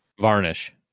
Varnish